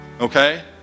okay